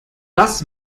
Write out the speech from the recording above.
das